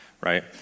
right